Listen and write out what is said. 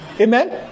Amen